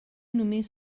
només